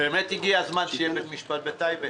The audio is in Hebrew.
באמת הגיע הזמן שיהיה בית משפט בטייבה.